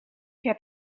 heb